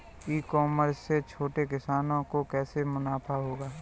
ई commerce से छोटे किसानों को कैसे मुनाफा होगा?